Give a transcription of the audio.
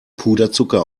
puderzucker